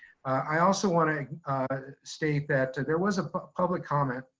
i also wanna state that there was a public comment,